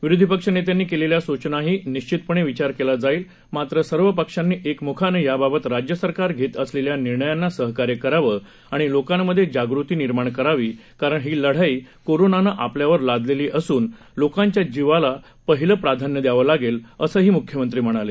विरोधी पक्ष नेत्यांनी केलेल्या सूचनांचाही निश्चितपणे विचार केला जाईल मात्र सर्व पक्षांनी एकमुखाने याबाबत राज्य सरकार घेत असलेल्या निर्णयांना सहकार्य करावं आणि लोकांमध्ये जागृती निर्माण करावी कारण ही लढाई कोरोनानं आपल्यावर लादलेली असून लोकांच्या जीवाला पहिलं प्राधान्य द्यावंच लागेल असंही मुख्यमंत्री म्हणाले